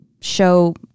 show